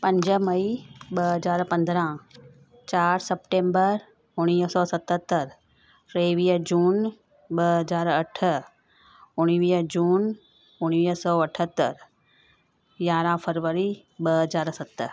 पंज मई ॿ हज़ार पंदरहां चारि सेप्टेंबर उणिवीह सौ सतहतरि टेवीह जून ॿ हज़ार अठ उणिवीह जून उणिवीह सौ अठहतरि यारहां फरवरी ॿ हज़ार सत